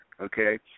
Okay